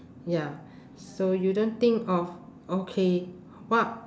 ya so you don't think of okay what